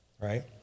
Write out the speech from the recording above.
right